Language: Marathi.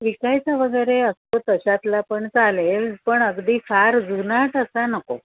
विकायचा वगैरे असतो तशातला पण चालेल पण अगदी फार जुनाट असा नको